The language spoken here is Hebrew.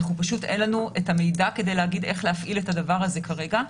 פשוט אין לנו את המידע כדי להגיד איך להפעיל את הדבר הזה כרגע.